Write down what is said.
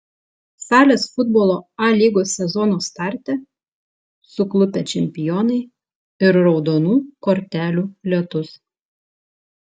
salės futbolo a lygos sezono starte suklupę čempionai ir raudonų kortelių lietus